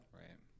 right